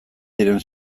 diren